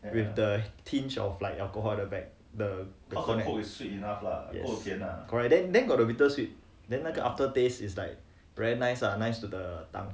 with the tinge of alcohol at the back the yes correct then then got the bittersweet then 那个 after taste is like very nice ah very nice to the tongue